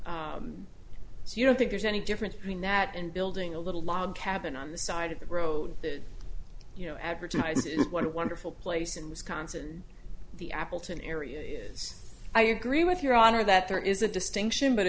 so you don't think there's any difference between that and building a little log cabin on the side of the road that you know advertises what a wonderful place in wisconsin the appleton area is i agree with your honor that there is a distinction but